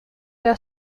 der